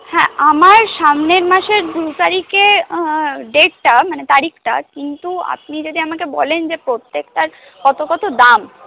হ্যাঁ আমার সামনের মাসের দু তারিখে ডেটটা মানে তারিখটা কিন্তু আপনি যদি আমাকে বলেন যে প্রত্যেকটার কত কত দাম